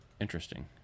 interesting